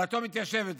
דעתו מתיישבת עליו.